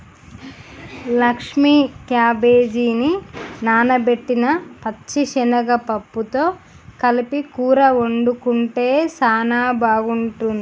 లక్ష్మీ క్యాబేజిని నానబెట్టిన పచ్చిశనగ పప్పుతో కలిపి కూర వండుకుంటే సానా బాగుంటుంది